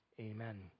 Amen